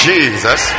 Jesus